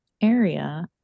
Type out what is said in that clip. area